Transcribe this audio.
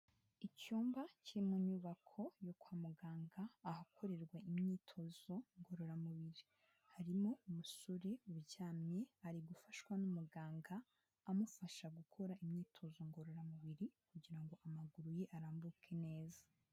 Icyumba kiri mu nyubako yo kwa muganga ahakorerwa imyitozo ngororamubiri, harimo umusore uryamye ari gufashwa n'umuganga amufasha gukora imyitozo ngororamubiri kugira ngo amaguru ye arambuke neza.